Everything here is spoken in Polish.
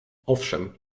owszem